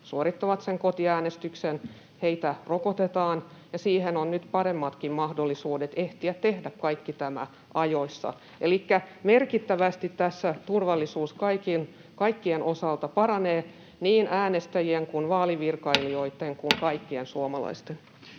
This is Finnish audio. suorittavat sen kotiäänestyksen, rokotetaan, ja nyt onkin paremmat mahdollisuudet ehtiä tehdä kaikki tämä ajoissa. Elikkä merkittävästi tässä turvallisuus kaikkien osalta paranee, niin äänestäjien kuin vaalivirkailijoitten